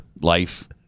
Life